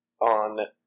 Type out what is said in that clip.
on